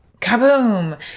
kaboom